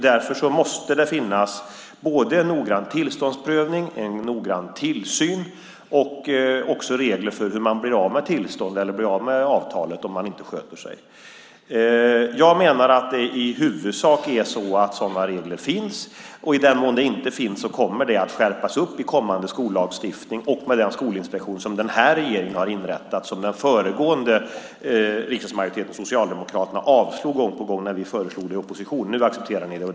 Därför måste det finnas en noggrann tillståndsprövning, en noggrann tillsyn och också regler för hur man blir av med tillstånd eller blir av med avtalet om man inte sköter sig. Jag menar att det i huvudsak är så att sådana regler finns, och i den mån de inte finns kommer det att skärpas i kommande skollagstiftning och med den skolinspektion som den här regeringen har inrättat. Den föregående riksdagsmajoriteten och Socialdemokraterna avslog gång på gång den skolinspektionen när vi föreslog den i opposition. Nu accepterar ni den.